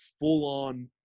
full-on